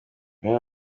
bamwe